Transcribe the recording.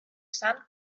sant